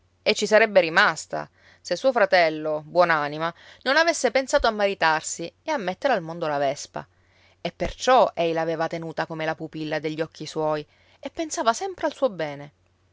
e ci sarebbe rimasta se suo fratello buon'anima non avesse pensato a maritarsi e a mettere al mondo la vespa e perciò ei l'aveva tenuta come la pupilla degli occhi suoi e pensava sempre al suo bene